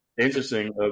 Interesting